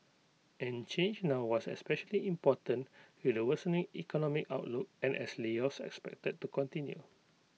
and change now was especially important with the worsening economic outlook and as layoffs expected to continue